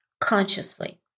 consciously